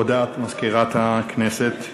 הודעת מזכירת הכנסת.